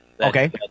Okay